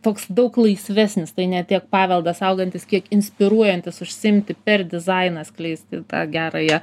toks daug laisvesnis tai ne tiek paveldą saugantis kiek inspiruojantis užsiimti per dizainą skleisti tą gerąją